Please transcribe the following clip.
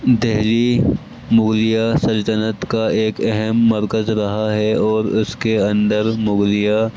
دلی مغلیہ سلطنت کا ایک اہم مرکز رہا ہے اور اس کے اندر مغلیہ